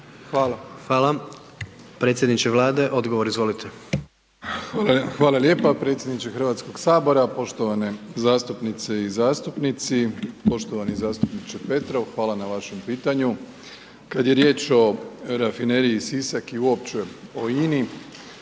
(HDZ)** Hvala. Predsjedniče Vlade, odgovor izvolite. **Plenković, Andrej (HDZ)** Hvala lijepo. Predsjedniče HS-a, poštovane zastupnice i zastupnici, poštovani zastupniče Petrov hvala na vašem pitanju. Kad je riječ o Rafineriji Sisak i uopće o INA-i,